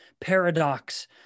paradox